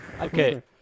Okay